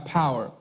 power